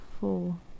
four